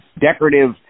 decorative